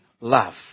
love